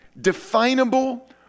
definable